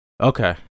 Okay